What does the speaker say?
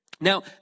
Now